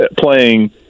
playing –